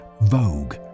vogue